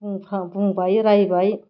बुंबाय रायबाय